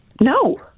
No